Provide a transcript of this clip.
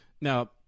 Now